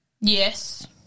yes